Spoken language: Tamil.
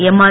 எம்ஆர்